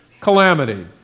calamity